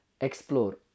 explore